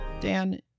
Dan